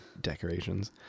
decorations